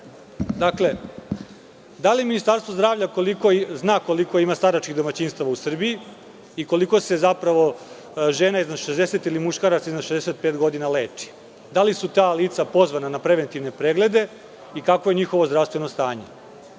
čudi. Dakle, da li Ministarstvo zdravlja zna koliko ima staračkih domaćinstava u Srbiji i koliko se žena ili muškaraca preko 60 godina leči? Da li su ta lica pozvana na preventivne preglede i kakvo je njihovo zdravstveno stanje?